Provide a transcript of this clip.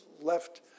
left